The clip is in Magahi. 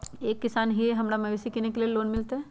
हम एक किसान हिए हमरा मवेसी किनैले लोन मिलतै?